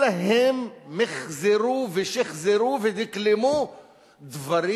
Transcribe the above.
אלא הם מיחזרו ושחזרו ודקלמו דברים